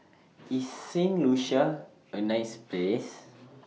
IS Saint Lucia A nice Place